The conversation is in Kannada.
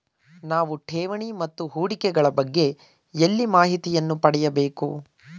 ನಾವು ಠೇವಣಿ ಮತ್ತು ಹೂಡಿಕೆ ಗಳ ಬಗ್ಗೆ ಎಲ್ಲಿ ಮಾಹಿತಿಯನ್ನು ಪಡೆಯಬೇಕು?